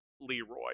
Leroy